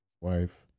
wife